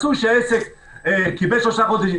מצאו שהעסק קיבל שלושה חודשים,